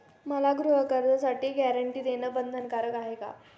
मला गृहकर्जासाठी गॅरंटी देणं बंधनकारक आहे का?